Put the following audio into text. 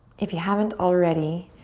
if you haven't already,